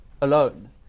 alone